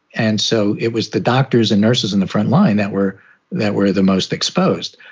and so it was the doctors and nurses in the front line that were that were the most exposed.